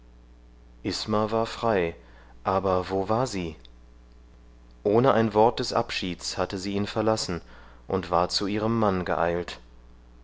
isma war frei aber wo war sie ohne ein wort des abschieds hatte sie ihn verlassen und war zu ihrem mann geeilt